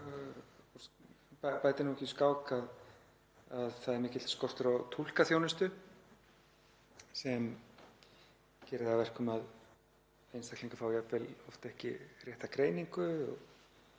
bætir nú ekki úr skák að það er mikill skortur á túlkaþjónustu sem gerir það að verkum að einstaklingar fá jafnvel oft ekki rétta greiningu